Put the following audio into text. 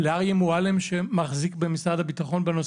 ולאריה מועלם שמחזיק בנושא הזה במשרד הביטחון.